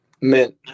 Mint